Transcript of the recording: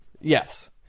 Yes